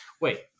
Wait